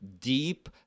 deep